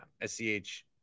S-C-H